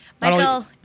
Michael